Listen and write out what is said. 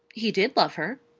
he did love her.